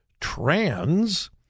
trans